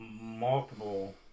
multiple